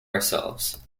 ourselves